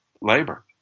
labor